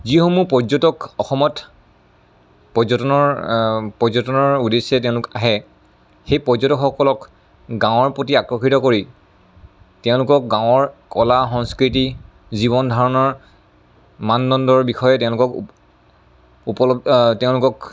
যিসমূহ পৰ্যটক অসমত পৰ্যটনৰ অ পৰ্যটনৰ উদ্দেশ্যে তেওঁলোক আহে সেই পৰ্যটক সকলক গাৱঁৰ প্ৰতি আকৰ্ষিত কৰি তেওঁলোকক গাঁৱৰ কলা সংস্কৃতি জীৱন ধাৰণৰ মানদণ্ডৰ বিষয়ে তেওঁলোকক উপল অ তেওঁলোকক